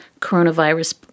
coronavirus